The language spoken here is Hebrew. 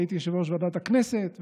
והייתי יושב-ראש ועדת הכנסת,